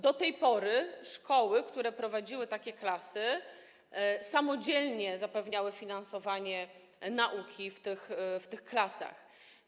Do tej pory szkoły, które prowadziły takie klasy, samodzielnie zapewniały finansowanie nauki w tych klasach.